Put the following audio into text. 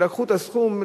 לקחו את הסכום,